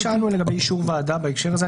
שאלנו לגבי אישור ועדה בהקשר הזה.